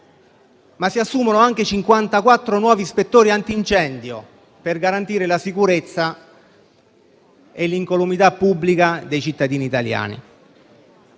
Ma si assumono anche 54 nuovi ispettori antincendio per garantire la sicurezza e l'incolumità pubblica dei cittadini italiani.